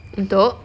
untuk